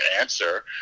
answer